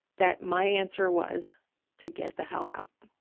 that my answer was to get the hell out.